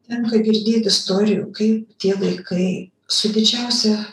tenka girdėt istorijų kai tie vaikai su didžiausia